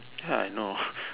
ya I know